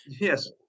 Yes